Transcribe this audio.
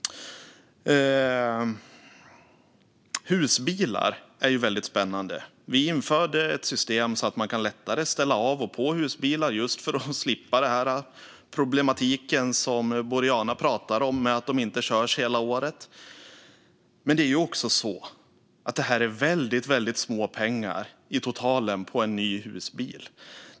Husbilar är väldigt spännande. Vi införde ett system så att man lättare kan ställa av och på husbilar just för att slippa den problematik som Boriana talar om med att de inte körs hela året. Men det är också så att det är väldigt små pengar i totalen för en ny husbil.